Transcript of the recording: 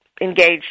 engaged